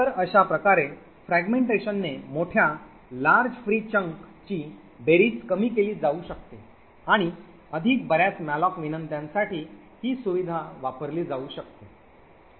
तर अशा प्रकारे fragmentation ने मोठ्या मुक्त हिस्साची बेरीज कमी केली जाऊ शकते आणि अधिक बर्याच मॅलॉक विनंत्यासाठी हि सुविधा वापरली जाऊ शकते